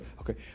okay